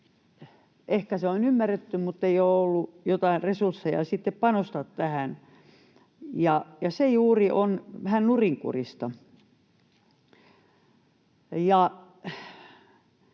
ole ymmärretty tai ei ole ollut jotain resursseja sitten panostaa tähän, ja se juuri on vähän nurinkurista.